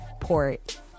port